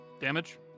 Damage